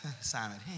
Simon